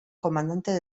comandante